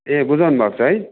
ए बुझाउनु भएको छ है